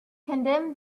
condemned